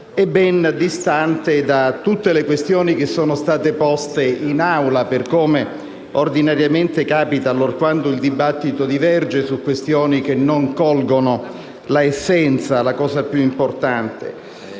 è ben distante da tutte le questioni poste in Aula, per come ordinariamente capita allorquando il dibattito diverge su questioni che non colgono l'essenza, la cosa più importante.